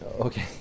Okay